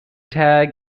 tag